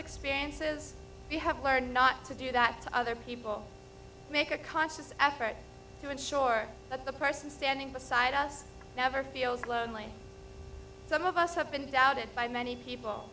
experiences we have learned not to do that to other people make a conscious effort to ensure that the person standing beside us never feels lonely some of us have been touted by many people